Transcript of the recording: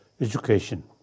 education